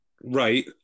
Right